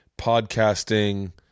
podcasting